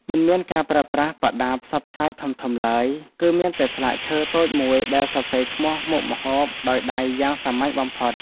មិនមានការប្រើប្រាស់បដាផ្សព្វផ្សាយធំៗឡើយ គឺមានតែស្លាកឈើតូចមួយដែលសរសេរឈ្មោះមុខម្ហូបដោយដៃយ៉ាងសាមញ្ញបំផុត។